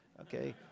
okay